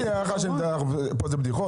אמרתי לך שזאת בדיחה?